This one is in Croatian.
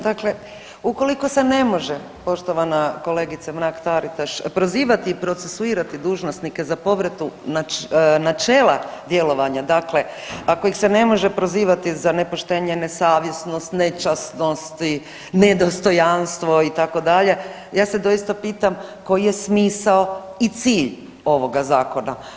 Dakle, ukoliko se ne može poštovana kolegice Mrak Taritaš prozivati i procesuirati dužnosnike za povredu načela djelovanja, dakle ako ih se ne može prozivati za nepoštenje, nesavjesnost, nečasnosti, ne dostojanstvo itd., ja se doista pitam koji je smisao i cilj ovoga zakona.